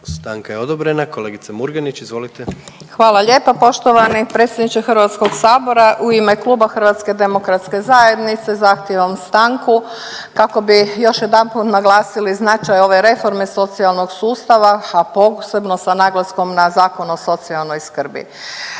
Stanka je odobrena. Kolegice Murganić, izvolite. **Murganić, Nada (HDZ)** Hvala lijepa poštovani predsjedniče HS-a, u ime Kluba HDZ-a zahtijevam stanku kako bi još jedanput naglasili značaj ove reforme socijalnog sustava, a posebno sa naglaskom na Zakon o socijalnoj skrbi.